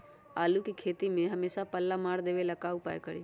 आलू के खेती में हमेसा पल्ला मार देवे ला का उपाय करी?